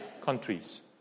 countries